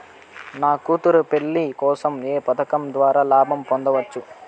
నా కూతురు పెళ్లి కోసం ఏ పథకం ద్వారా లాభం పొందవచ్చు?